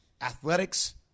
athletics